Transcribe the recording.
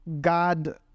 God